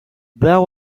there